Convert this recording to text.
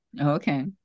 Okay